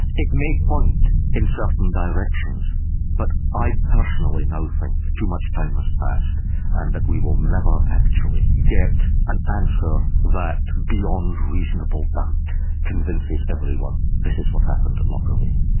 it may point in certain directions but i personally now think too much time has passed and that we will never actually get an answer that beyond reasonable doubt convinces everyone this is what happened at lockerbie.